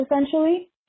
essentially